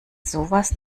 sowas